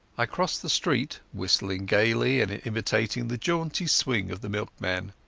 i crossed the street, whistling gaily and imitating the jaunty swing of the milkman.